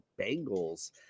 Bengals